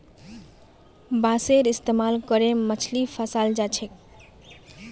बांसेर इस्तमाल करे मछली फंसाल जा छेक